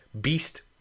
Beast